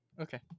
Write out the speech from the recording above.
okay